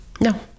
No